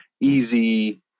Easy